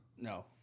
No